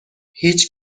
هیچ